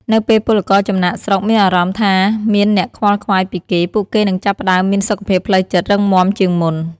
នៅពេលពលករចំណាកស្រុកមានអារម្មណ៍ថាមានអ្នកខ្វល់ខ្វាយពីគេ ពួកគេនឹងចាប់ផ្តើមមានសុខភាពផ្លូវចិត្តរឹងមាំជាងមុន។